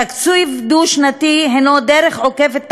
תקציב דו-שנתי הנו דרך עוקפת,